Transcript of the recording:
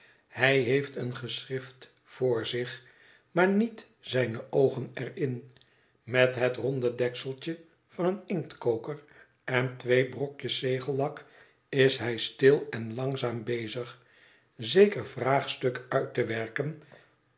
hij heeft een geschrift voor zich maar niet zijne oogen er in met het ronde dekseltje van een inktkoker en twee brokjes zegellak is hij stil en langzaam bezig zeker vraagstuk uit te werken